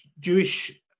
Jewish